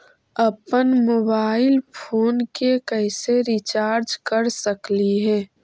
अप्पन mobile phone के कैसे रिचार्ज कर सकली हे?